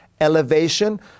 elevation